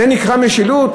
זאת נקראת משילות?